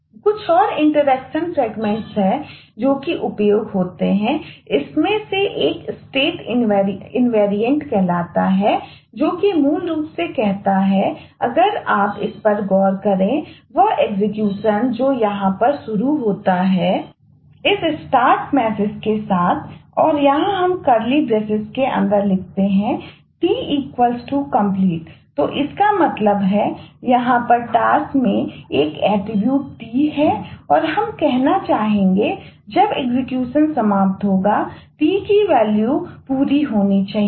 कुछ और interaction fragments complete होनी चाहिए